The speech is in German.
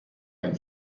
einen